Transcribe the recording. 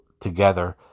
together